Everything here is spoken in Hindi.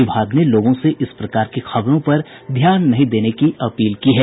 विभाग ने लोगों से इस प्रकार की खबरों पर ध्यान नहीं देने की अपील की है